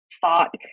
thought